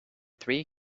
three